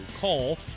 Call